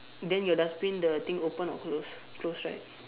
then your dustbin the thing open or close close right